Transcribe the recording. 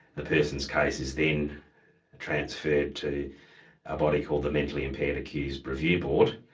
the person's case is then transferred to a body called the mentally impaired accused review board,